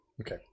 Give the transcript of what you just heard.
Okay